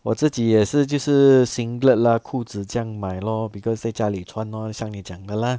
我自己也是就是 singlet lah 裤子这样买 lor because 在家里穿 lor 像你讲的 lah